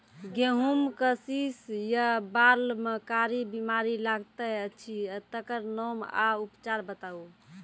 गेहूँमक शीश या बाल म कारी बीमारी लागतै अछि तकर नाम आ उपचार बताउ?